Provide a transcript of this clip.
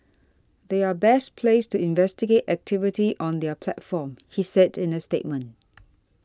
they are best placed to investigate activity on their platform he said in a statement